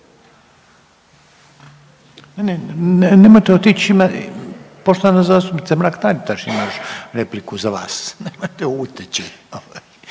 Nemojte otići, poštovana zastupnica Mrak-Taritaš ima još repliku za vas. Nemojte uteći!